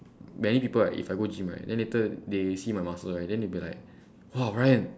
many people right if I go gym right then later they see my muscle right then they be like !wow! ryan